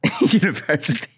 university